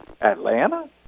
Atlanta